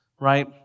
Right